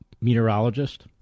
meteorologist